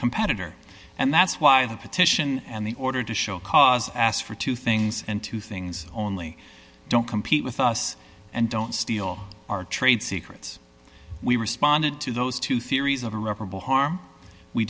competitor and that's why the petition and the order to show cause asked for two things and two things only don't compete with us and don't steal our trade secrets we responded to those two theories of irreparable harm we